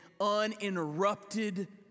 uninterrupted